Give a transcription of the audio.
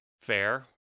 Fair